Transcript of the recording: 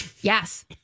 Yes